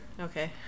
okay